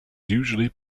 usually